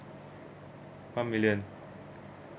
one million